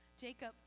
Jacob